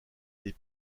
des